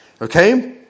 Okay